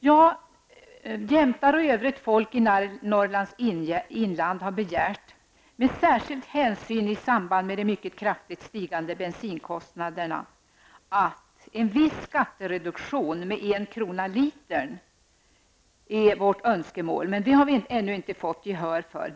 Jämtar och övrigt folk i Norrlands inland har begärt särskild hänsyn i samband med de mycket kraftigt stigande bensinkostnaderna. Skattereduktion med en krona per liter är vårt önskemål, men det har vi ännu inte fått gehör för.